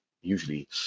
usually